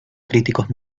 críticos